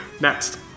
Next